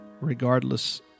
regardless